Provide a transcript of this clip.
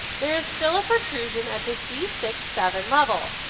there is still a protrusion at the c six seven level,